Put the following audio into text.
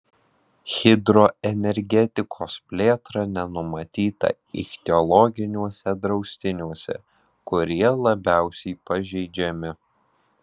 hidroenergetikos plėtra nenumatyta ichtiologiniuose draustiniuose kurie labiausiai pažeidžiami